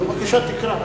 בבקשה, תקרא.